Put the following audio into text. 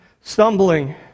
stumbling